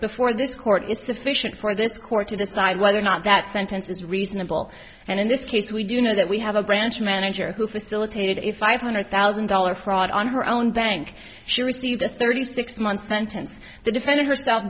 before this court is sufficient for this court to decide whether or not that sentence is reasonable and in this case we do know that we have a branch manager who facilitated if five hundred thousand dollar fraud on her own bank she received a thirty six month sentence the defending herself